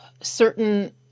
certain